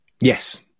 yes